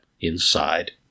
inside